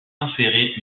insérée